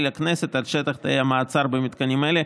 לכנסת על שטח תאי המעצר במתקנים אלו,